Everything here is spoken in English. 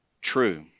true